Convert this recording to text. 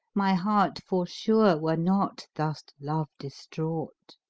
my heart forsure were not thus love-distraught.